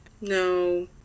No